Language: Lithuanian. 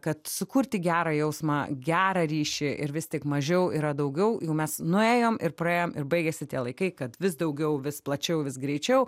kad sukurti gerą jausmą gerą ryšį ir vis tik mažiau yra daugiau jau mes nuėjom ir praėjom ir baigėsi tie laikai kad vis daugiau vis plačiau vis greičiau